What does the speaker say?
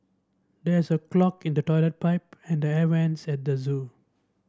there is a clog in the toilet pipe and the air vents at the zoo